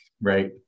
Right